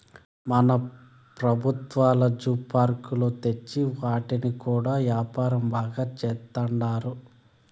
మన పెబుత్వాలు జూ పార్కులు తెచ్చి వాటితో కూడా యాపారం బాగా సేత్తండారు